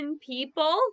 people